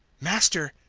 master,